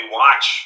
watch